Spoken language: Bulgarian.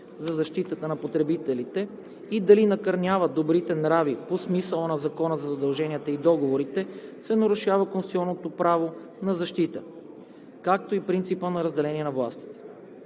за защита на потребителите и дали накърняват добрите нрави по смисъла на Закона за задълженията и договорите се нарушава конституционното право на защита, както и принципа на разделение на властите.